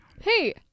Hey